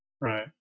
Right